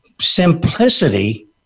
simplicity